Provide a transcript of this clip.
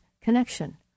connection